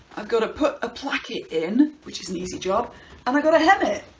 i've got to put a placket in, which is an easy job and i got to hem it,